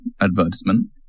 advertisement